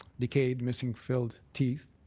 decayed, missing, filled teeth,